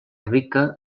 rica